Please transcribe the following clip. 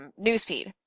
um news feed.